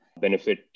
benefit